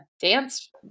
dance